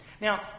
Now